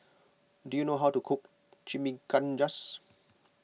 do you know how to cook Chimichangas